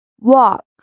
Walk